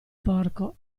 porco